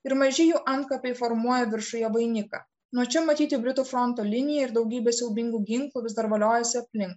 ir maži jų antkapiai formuoja viršuje vainiką nuo čia matyti britų fronto linija ir daugybė siaubingų ginklų vis dar voliojasi aplink